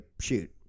shoot